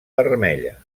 vermella